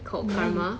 mm